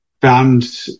Found